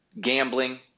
gambling